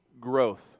growth